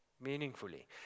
meaningfully